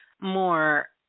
more